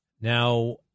Now